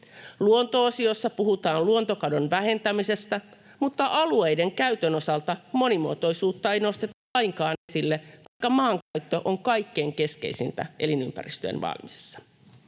Luonto-osiossa puhutaan luontokadon vähentämisestä, mutta alueiden käytön osalta monimuotoisuutta ei nosteta lainkaan esille, vaikka maankäyttö on kaikkein keskeisintä elinympäristön vaalimisessa.